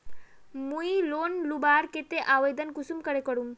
मुई लोन लुबार केते आवेदन कुंसम करे करूम?